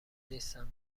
نیستند